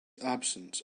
absence